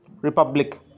Republic